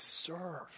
serve